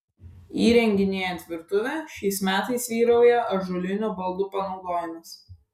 įrenginėjant virtuvę šiais metais vyrauja ąžuolinių baldų panaudojimas